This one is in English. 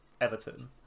Everton